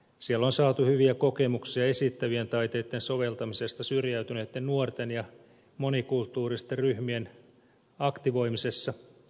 siellä on saatu hyviä kokemuksia esittävien taiteitten soveltamisesta syrjäytyneitten nuorten ja monikulttuuristen ryhmien aktivoimisessa